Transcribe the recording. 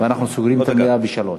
אנחנו סוגרים את המליאה ב-15:00.